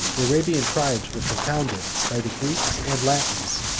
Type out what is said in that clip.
the arabian tribes were confounded by the greeks and latins,